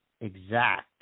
exact